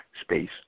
space